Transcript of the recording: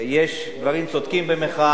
יש דברים צודקים במחאה,